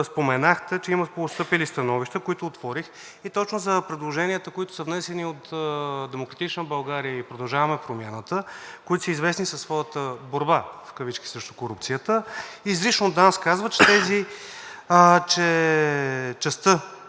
споменахте, че има постъпили становища, които отворих и точно за предложенията, които са внесени от „Демократична България“ и „Продължаваме Промяната“, които са известни със своята борба в кавички срещу корупцията, изрично от ДАНС казват, че частта,